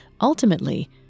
ultimately